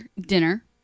dinner